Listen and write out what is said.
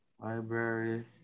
Library